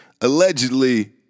allegedly